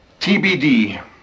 TBD